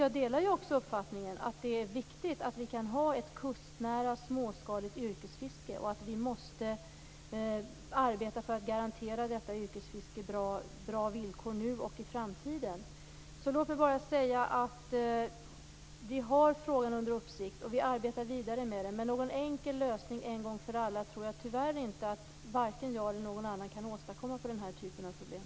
Jag delar uppfattningen att det är viktigt att vi kan ha ett kustnära småskaligt yrkesfiske och att vi måste arbeta för att detta yrkesfiske garanteras bra villkor, både nu och i framtiden. Vi har frågan under uppsikt och vi arbetar vidare med den men någon enkel lösning en gång för alla tror jag, tyvärr, inte att vare sig jag eller någon annan kan åstadkomma när det gäller den här typen av problem.